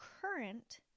current